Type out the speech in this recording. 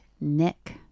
Nick